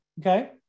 okay